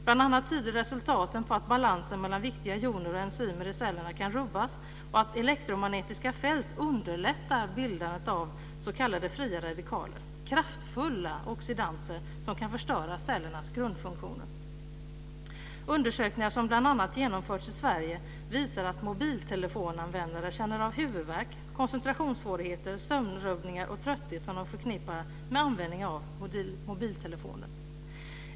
Bl.a. tyder resultaten på att balansen mellan viktiga joner och enzymer i cellerna kan rubbas och att elektromagnetiska fält underlättar bildandet av s.k. fria radikaler - kraftfulla oxidanter som kan förstöra cellernas grundfunktioner. Undersökningar som bl.a. genomförts i Sverige visar att mobiltelefonanvändare känner av huvudvärk, koncentrationssvårigheter, sömnrubbningar och trötthet som de förknippar med användning av mobiltelefoner.